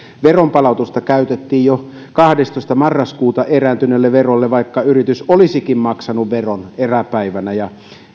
veronpalautusta käytettiin jo kahdestoista marraskuuta erääntyneelle verolle vaikka yritys olisikin maksanut veron eräpäivänä ja